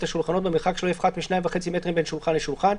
השולחנות במרחק שלא יפחת מ-2.5 מטרים בין שולחן לשולחן.